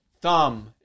Thumb